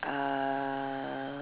err